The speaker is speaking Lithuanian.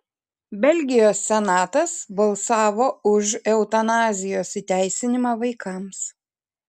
belgijos senatas balsavo už eutanazijos įteisinimą vaikams